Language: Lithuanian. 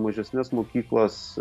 mažesnes mokyklas